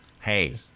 hey